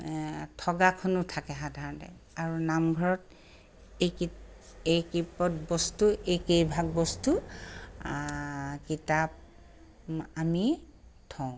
ঠগাখনো থাকে সাধাৰণতে আৰু নামঘৰত এই কি এই কেইপদ বস্তু এইকেইভাগ বস্তু কিতাপ আমি থওঁ